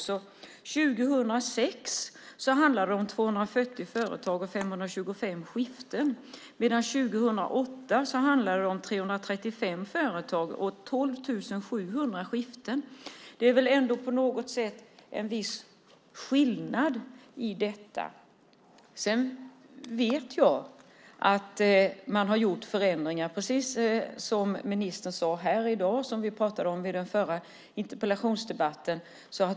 År 2006 handlade det om 240 företag och 525 skiften. År 2008 handlar det om 335 företag och 12 700 skiften. Det är väl ändå en viss skillnad i detta. Jag vet att man har gjort förändringar, precis som ministern sade här i dag och som vi pratade om i den förra interpellationsdebatten.